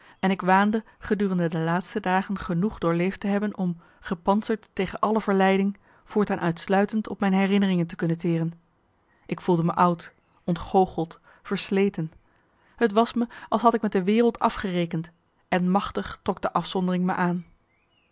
en ik waande gedurende de laatste dagen genoeg doorleefd te hebben om gepantserd tegen alle verleiding voortaan uitsluitend op mijn herinneringen te kunnen teren ik voelde me oud ontgoocheld versleten t was me als had marcellus emants een nagelaten bekentenis ik met de wereld afgerekend en machtig trok de afzondering me aan